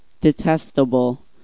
Detestable